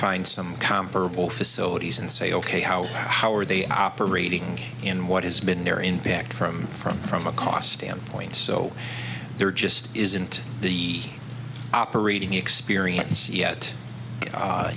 find some comparable facilities and say ok how how are they operating in what has been there in back from from from a cost standpoint so there just isn't the operating experience yet